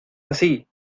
así